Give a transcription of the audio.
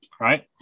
right